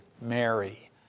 Mary